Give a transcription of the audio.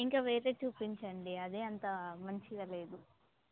ఇంకా వేరే చూపించండి అదేం అంత మంచిగా లేదు